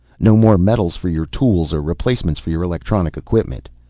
no more metals for your tools or replacements for your electronic equipment.